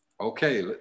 okay